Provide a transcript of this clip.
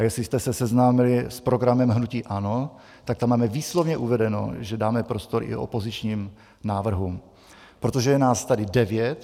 Jestli jste se seznámili s programem hnutí ANO, tak tam máme výslovně uvedeno, že dáme prostor i opozičním návrhům, protože je nás tady devět.